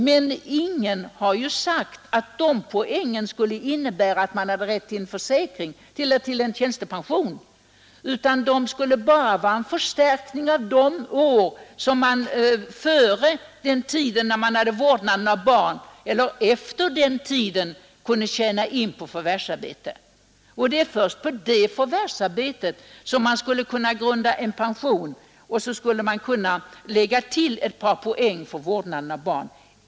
Men ingen har sagt att dessa poäng skulle innebära att man hade rätt till en tjänstepension, utan de skulle endast vara en förstärkning av de år som man kunde tjäna in på förvärvsarbete före eller efter den tid man hade vårdnaden om barn. Det är först på detta förvärvsarbete som man skulle kunna grunda en pension, varpå man skulle kunna lägga till ett par poäng för vårdnaden av barn.